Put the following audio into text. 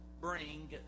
bring